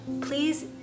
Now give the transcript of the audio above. please